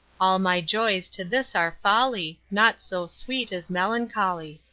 all my joys to this are folly, naught so sweet as melancholy.